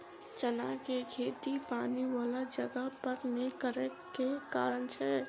चना केँ खेती पानि वला जगह पर नै करऽ केँ के कारण छै?